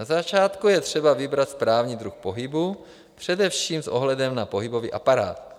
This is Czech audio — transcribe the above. Na začátku je třeba vybrat správný druh pohybu, především s ohledem na pohybový aparát.